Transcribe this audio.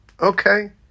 Okay